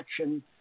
action